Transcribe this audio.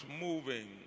moving